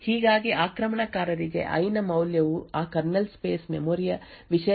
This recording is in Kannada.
ಹೀಗಾಗಿ ಆಕ್ರಮಣಕಾರರಿಗೆ ಐ ನ ಮೌಲ್ಯವು ಆ ಕರ್ನಲ್ ಸ್ಪೇಸ್ ಮೆಮೊರಿ ಯ ವಿಷಯಗಳು 84 ರ ಮೌಲ್ಯವನ್ನು ಹೊಂದಿದೆ ಎಂದು ತಿಳಿಯುತ್ತದೆ